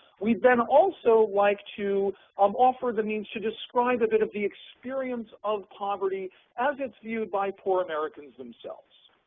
we'd then also like to um offer the means to describe a bit of the experience of poverty as it's viewed by poor americans themselves.